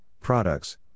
products